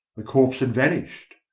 the corpse had vanished,